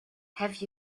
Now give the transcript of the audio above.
have